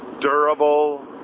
durable